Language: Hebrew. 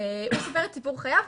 הוא סיפר את סיפור חייו,